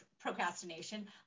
procrastination